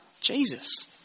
Jesus